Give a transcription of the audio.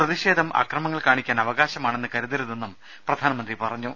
പ്രതിഷേധം അക്രമങ്ങൾ കാണിക്കാൻ അവകാശമാണെന്ന് കരുതരുതെന്നും പ്രധാനമന്ത്രി പറഞ്ഞു